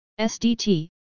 SDT